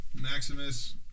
Maximus